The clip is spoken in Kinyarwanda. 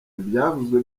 ibyavuzwe